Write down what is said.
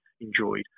enjoyed